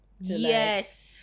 Yes